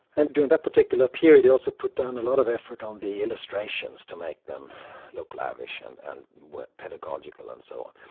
and during that particular period, they also put down a lot of effort on the illustrations to make them look lavish and and were pedagogical and so on.